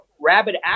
rabid